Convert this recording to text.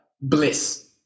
bliss